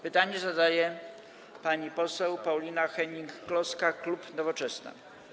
Pytanie zadaje pani poseł Paulina Hennig-Kloska, klub Nowoczesna.